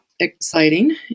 exciting